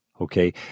Okay